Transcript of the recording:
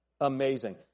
amazing